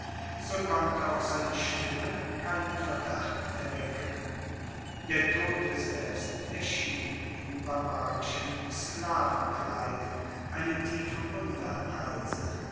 so konnte auch seine stimme keinen verdacht erwecken der tote selbst erschien in barbarischem sklavenkleid eine tiefe wunde am halse